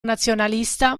nazionalista